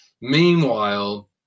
Meanwhile